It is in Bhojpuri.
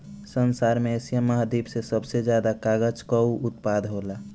संसार में एशिया महाद्वीप से सबसे ज्यादा कागल कअ उत्पादन होला